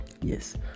Yes